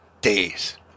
days